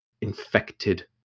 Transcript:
infected